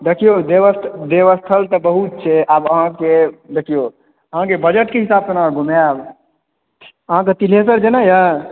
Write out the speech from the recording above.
देखिऔ देवस्थल तऽ बहुत छै आब अहाँकेँ देखिऔ अहाँकेँ बजट के हिसाब से ने घुमाएब अहाँकेँ तिल्हेश्वर जेनाइ यऽ